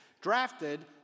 drafted